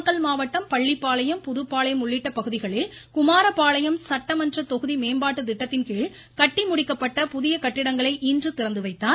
நாமக்கல் மாவட்டம் பள்ளிப்பாளையம் புதுப்பாளையம் உள்ளிட்ட பகுதிகளில் குமாரபாளையம் சட்டமன்ற தொகுதி மேம்பாட்டு திடடத்தின்கீழ் கட்டி முடிக்கப்பட்ட புதிய கட்டிடங்களை இன்று அவர் திறந்து வைத்தார்